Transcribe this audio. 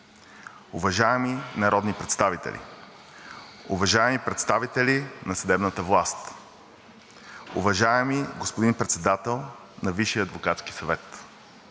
уважаеми народни представители, уважаеми представители на съдебната власт, уважаеми господин Председател на Висшия адвокатски съвет,